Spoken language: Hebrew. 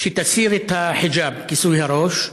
שתסיר את החיג'אב, כיסוי הראש,